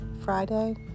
Friday